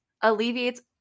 alleviates